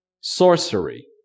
sorcery